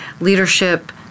leadership